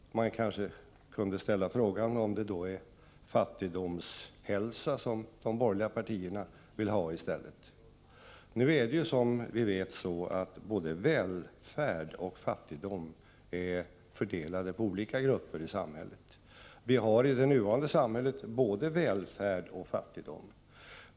Det finns kanske anledning att ställa frågan om det då är fattigdomshälsa som de borgerliga partierna vill ha i stället. Som vi vet är både välfärd och fattigdom fördelade på olika grupper i samhället. Vi har både välfärd och fattigdom i det nuvarande samhället.